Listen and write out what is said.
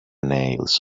nails